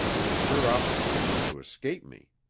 it is her opportunity to escape me.